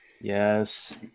Yes